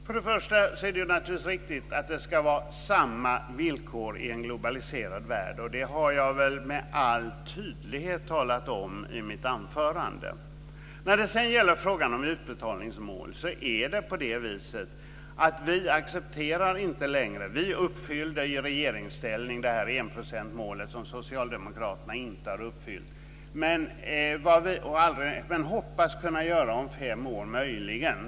Fru talman! Det är naturligtvis riktigt att det ska vara samma villkor i en globaliserad värld. Det har jag väl med all tydlighet talat om i mitt anförande. När det sedan gäller frågan om utbetalningsmål accepterar vi inte längre sådant. Vi uppfyllde i regeringsställning enprocentsmålet, som socialdemokraterna inte har uppfyllt men hoppas kunna göra om fem år möjligen.